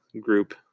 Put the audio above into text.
group